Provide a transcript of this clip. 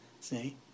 See